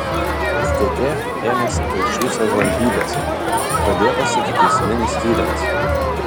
stt ėmėsi telšių savivaldybės pradėtas ikiteisminis tyrimas